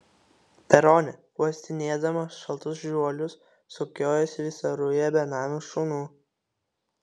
perone uostinėdama šaltus žuolius sukiojosi visa ruja benamių šunų